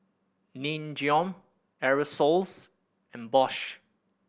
Nin Jiom Aerosoles and Bosch